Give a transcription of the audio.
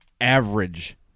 average –